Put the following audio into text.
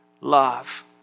love